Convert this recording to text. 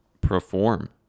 perform